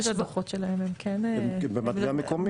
כשהם מפיקים את הדוחות שלהם הם כן במטבע המקומי.